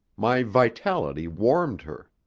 my vitality warmed her.